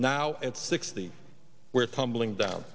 now at sixty we're tumbling down